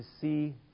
see